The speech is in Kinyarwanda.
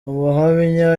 ubuhamya